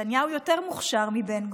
נתניהו יותר מוכשר מבן גביר,